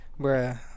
Bruh